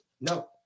No